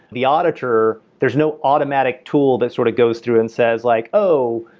the auditor, there's no automatic tool that sort of goes through and says, like oh,